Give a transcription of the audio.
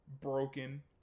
broken